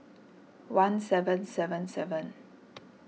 one seven seven seven